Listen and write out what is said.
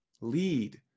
lead